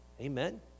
Amen